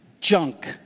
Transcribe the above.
junk